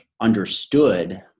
understood